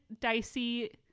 Dicey